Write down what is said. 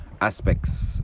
aspects